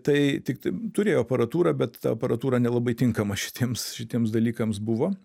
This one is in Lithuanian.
tai tiktai turėjo aparatūrą bet ta aparatūra nelabai tinkama šitiems šitiems dalykams buvo